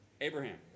Abraham